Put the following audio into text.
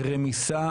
רמיסה,